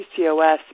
PCOS